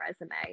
resume